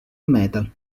metal